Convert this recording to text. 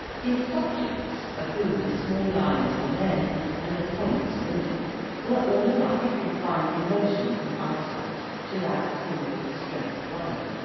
his subjects of whom the small lines were men and the points women were all alike confined in motion and eye sight to that single straight line,